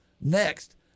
next